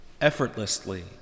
effortlessly